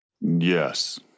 Yes